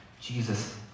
Jesus